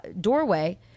doorway